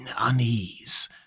unease